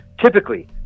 typically